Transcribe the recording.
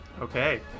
Okay